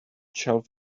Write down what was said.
shelf